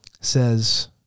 says